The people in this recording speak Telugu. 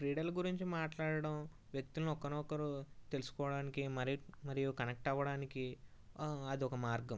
క్రీడల గురించి మాట్లాడటం వ్యక్తులను ఒకరినొకరు తెలుసుకోవడానికి మరియు మరియు కనెక్ట్ అవ్వడానికి ఆ అదొక మార్గం